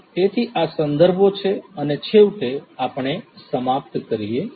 તેથી આ સંદર્ભો છે અને છેવટે આપને સમાપ્ત કરીએ છીએ